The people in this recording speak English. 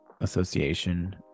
Association